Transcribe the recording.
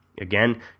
Again